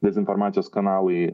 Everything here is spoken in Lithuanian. dezinformacijos kanalai